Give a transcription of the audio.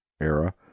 era